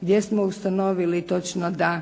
gdje smo ustanovili točno da